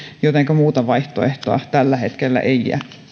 jotenka muuta vaihtoehtoa tällä hetkellä ei